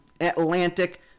Atlantic